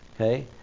Okay